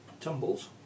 Tumbles